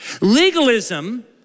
Legalism